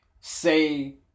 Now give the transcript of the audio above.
say